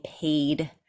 paid